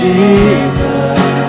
Jesus